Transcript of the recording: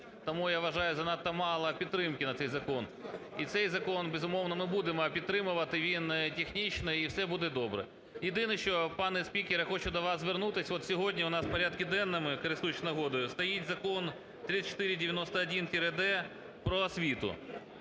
Тому, я вважаю, занадто мало підтримки на цей закон. І цей закон, безумовно, ми будемо підтримувати, він технічний. І все буде добре. Єдине що, пане спікере, я хочу до вас звернутись. От сьогодні у нас в порядку денному, користуючись нагодою, стоїть Закон 3491-д про освіту.